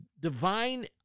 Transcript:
divine